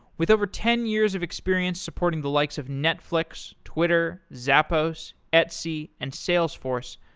with over ten years of experience supporting the likes of netflix, twitter, zappos, etsy, and salesforce,